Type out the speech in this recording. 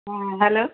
হ্যাঁ হ্যালো